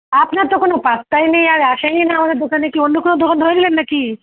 আপনার তো কোনো পাত্তাই নেই আর আসেনই না আমাদের দোকানে কি অন্য কোনো দোকান ধরে নিলেন নাকি